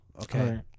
Okay